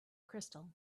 crystal